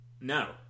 No